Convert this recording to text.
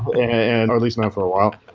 and or at least not for a while.